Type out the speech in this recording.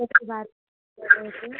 किसकी बात कर रहे थे